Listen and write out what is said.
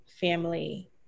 family